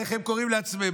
איך הם קוראים לעצמם?